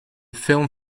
film